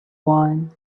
wine